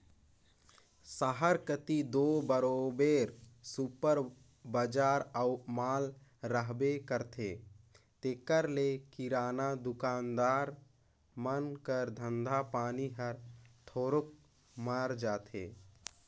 सहर कती दो बरोबेर सुपर बजार अउ माल रहबे करथे तेकर ले किराना दुकानदार मन कर धंधा पानी हर थोरोक मार खाथे